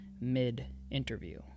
mid-interview